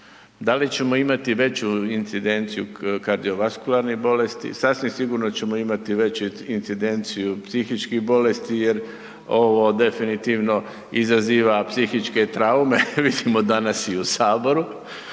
da li ćemo imati veću incidenciju kardiovaskularnih bolesti, sasvim sigurno ćemo imati veću incidenciju psihičkih bolesti jer ovo definitivno izaziva psihičke traume, mislimo danas i u Saboru.